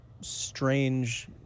strange